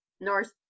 North